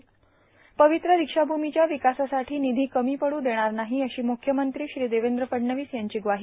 र्पावत्र दोक्षार्भूमिच्या र्वकासासाठी निधी कमी पडू देणार नाहों अशी मुख्यमंत्री श्री देवद्र फडणवीस यांची ग्वाही